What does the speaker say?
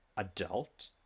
adult